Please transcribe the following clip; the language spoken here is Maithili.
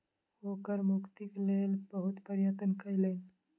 ओ कर मुक्तिक लेल बहुत प्रयत्न कयलैन